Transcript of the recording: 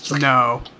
No